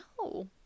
No